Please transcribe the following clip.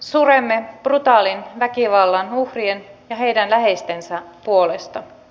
suremme brutaalin väkivallan uhrien ja heidän läheistensä puolesta